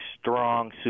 strong